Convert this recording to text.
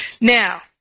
Now